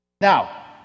Now